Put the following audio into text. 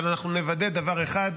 אבל אנחנו נוודא דבר אחד: